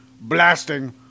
blasting